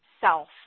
self